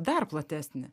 dar platesnį